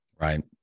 right